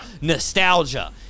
nostalgia